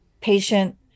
patient